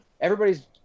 Everybody's